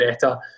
better